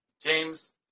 James